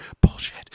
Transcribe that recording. bullshit